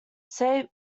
saint